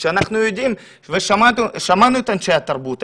כשאנחנו יודעים ושמענו את אנשי התרבות,